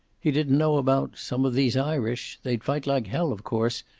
he didn't know about some of these irish. they'd fight like hell, of course,